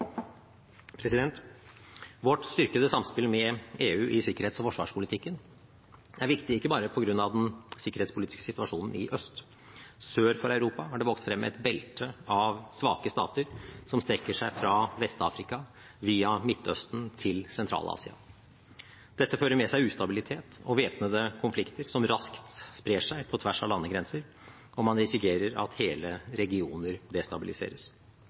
Vårt styrkede samspill med EU i sikkerhets- og forsvarspolitikken er viktig, ikke bare på grunn av den sikkerhetspolitiske situasjonen i øst. Sør for Europa har det vokst frem et belte av svake stater som strekker seg fra Vest-Afrika via Midtøsten til Sentral-Asia. Dette fører med seg ustabilitet og væpnede konflikter som raskt sprer seg på tvers av landegrenser, og man risikerer at hele regioner destabiliseres.